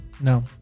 no